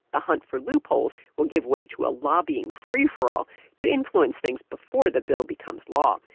the hunt for loopholes will give way to a lobbying free-for-all to influence things before the bill becomes law.